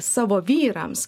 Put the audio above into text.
savo vyrams